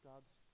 God's